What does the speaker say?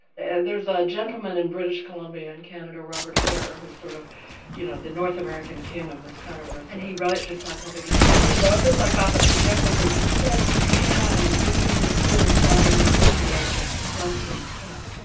and there's a gentleman in british columbia in canada, robert hare, who's sort of you know the north american king of this kind of research. and he wrote the psychopathy checklist. he wrote the psychopathy checklist and he says you can, using his tools, diagnose at the age of less than ten.